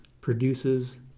produces